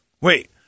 Wait